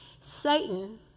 Satan